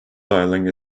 dialing